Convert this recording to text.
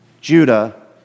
Judah